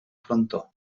frontó